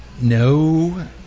No